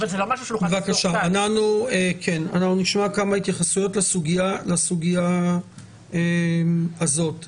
נשמע כמה התייחסויות לסוגיה הזאת.